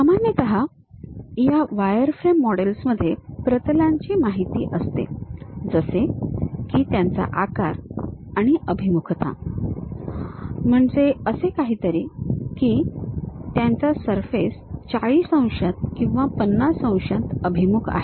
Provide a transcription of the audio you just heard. सामान्यतः या वायरफ्रेम मॉडेल्समध्ये प्रतलांची माहिती असते जसे की त्याचा आकार आणि अभिमुखता म्हणजे असे काहीतरी की त्याचा सरफेस 40 अंशात किंवा 50 अशांत अभिमुख आहे